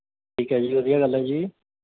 ਠੀਕ ਹੈ ਜੀ ਵਧੀਆ ਗੱਲ ਹੈ ਜੀ